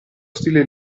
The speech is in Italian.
stile